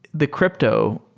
the crypto.